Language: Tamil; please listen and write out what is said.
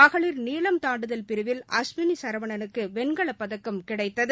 மகளிர் நீளம் தாண்டுதல் பிரிவில் அஷ்வினி சரவணனுக்கு வெண்கலப்பதக்கம் கிடைத்தது